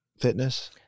fitness